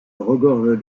regorge